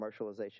commercialization